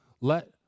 let